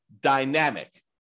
dynamic